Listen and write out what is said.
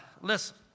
Listen